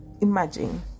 imagine